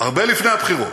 הרבה לפני הבחירות,